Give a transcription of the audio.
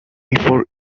before